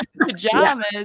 pajamas